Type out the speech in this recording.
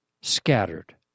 scattered